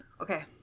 Okay